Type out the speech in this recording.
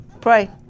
Pray